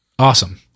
Awesome